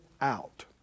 out